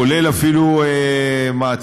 כולל אפילו מעצרים,